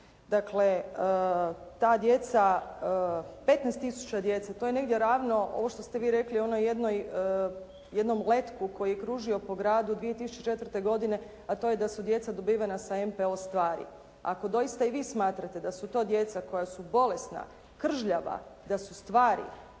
tisuća djece, to je negdje ravno ovo što ste rekli onom jednom letku koji je kružio po gradu 2004. godine a to je da su djeca dobivena sa MPO stvari. Ako doista i vi smatrate da su to djeca koja su bolesna, kržljava, da su stvari